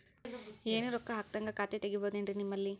ಏನು ರೊಕ್ಕ ಹಾಕದ್ಹಂಗ ಖಾತೆ ತೆಗೇಬಹುದೇನ್ರಿ ನಿಮ್ಮಲ್ಲಿ?